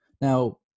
Now